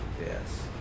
Yes